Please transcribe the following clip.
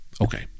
Okay